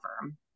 firm